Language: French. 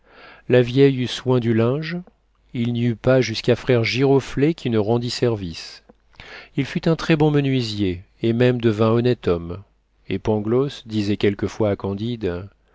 la vieille eut soin du linge il n'y eut pas jusqu'à frère giroflée qui ne rendît service il fut un très bon menuisier et même devint honnête homme et pangloss disait quelquefois à candide